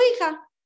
hija